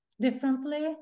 differently